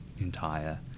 entire